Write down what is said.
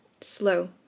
slow